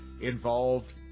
involved